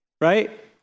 right